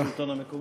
בשלטון המקומי.